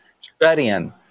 Studying